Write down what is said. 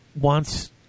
wants